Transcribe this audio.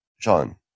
John